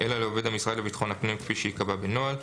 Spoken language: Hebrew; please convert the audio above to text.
אלא לעובד המשרד לביטחון הפנים כפי שייקבע בנוהל,